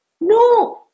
No